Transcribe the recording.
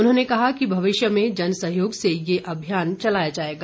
उन्होंने कहा कि भविष्य में जनसहयोग से ये अभियान चलाया जाएगा